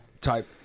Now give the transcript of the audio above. type